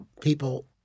people